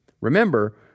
Remember